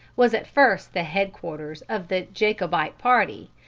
was at first the headquarters of the jacobite party,